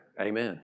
Amen